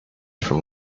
from